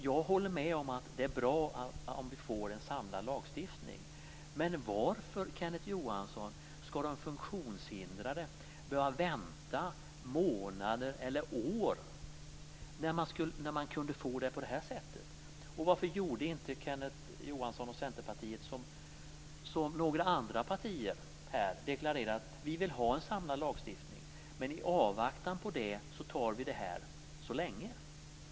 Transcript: Jag håller med om att det är bra om vi får en samlad lagstiftning, men varför skall de funktionshindrade behöva vänta månader eller år när man kunde få det på det här sättet? Varför gjorde inte Kenneth Johansson och Centerpartiet så som några andra partier här deklarerat, att de ville ha en samlad lagstiftning men i avvaktan på den antar det här så länge?